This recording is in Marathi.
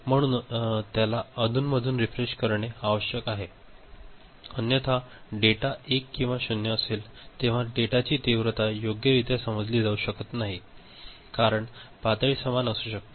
म्हणून त्याला अधूनमधून रीफ्रेश करणे आवश्यक आहे अन्यथा डेटा 1 किंवा 0 असेल तेव्हा डेटाची तीव्रता योग्यरित्या समजली जाऊ शकत नाही कारण पातळी समान असू शकते